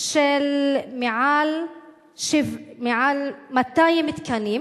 של יותר מ-200 תקנים,